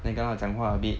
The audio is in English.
then 刚好讲话 a bit